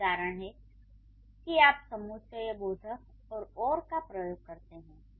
यही कारण है कि आप समुच्चयबोधक 'और' का उपयोग करते हैं